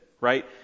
right